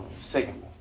second